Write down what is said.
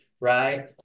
right